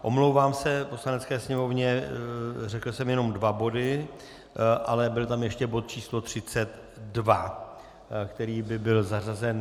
Omlouvám se Poslanecké sněmovně, řekl jsem jenom dva body, ale byl tam ještě bod číslo 32, který by byl zařazen.